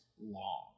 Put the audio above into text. long